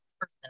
person